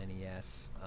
NES